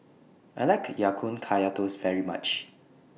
I like Ya Kun Kaya Toast very much